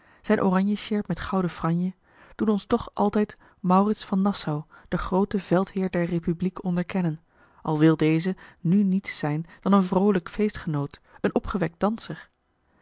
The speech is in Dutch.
zijn oranjesjerp met gouden franje doen ons toch altijd maurits van nassau den grooten veldheer der republiek onderkennen al wil deze nu niets zijn dan een vroolijk feestgenoot een opgewekt danser